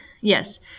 Yes